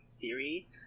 theory